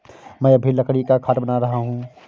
मैं अभी लकड़ी का खाट बना रहा हूं